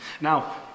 Now